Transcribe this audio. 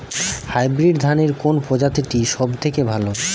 Hybrid ধানের কোন প্রজীতিটি সবথেকে ভালো?